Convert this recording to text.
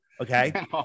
Okay